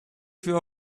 few